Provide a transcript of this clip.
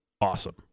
awesome